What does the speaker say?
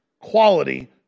quality